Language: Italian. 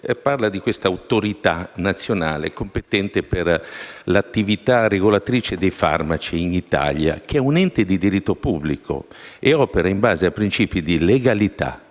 parla della Autorità nazionale competente per l'attività regolatrice dei farmaci in Italia, ente di diritto pubblico che opera in base ai principi di legalità,